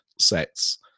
sets